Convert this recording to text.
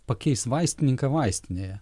pakeis vaistininką vaistinėje